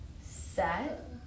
set